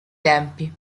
tempi